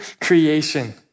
creation